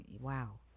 Wow